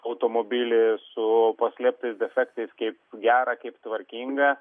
automobilį su paslėptais defektais kaip gerą kaip tvarkingą